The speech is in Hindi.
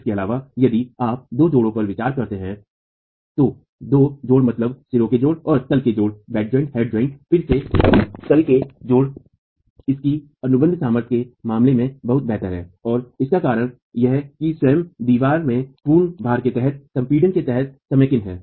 इसके अलावा यदि आप दो जोड़ों पर विचार करते है दो जोड़ मतलब सिरे के जोड़ और तल के जोड़ फिर से तल के जोड़ इसकी अनुबंध सामर्थ्य के मामले में बहुत बेहतर है और इसका कारण यह की स्वयं दिवार के पूर्ण भार के तहत पूर्व संपीडन के तहत समेकन है